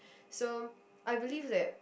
so I believe that